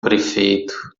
prefeito